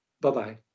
Bye-bye